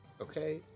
Okay